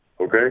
okay